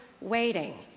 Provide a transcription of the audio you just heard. waiting